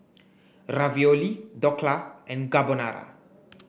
Ravioli Dhokla and Carbonara